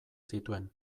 zituen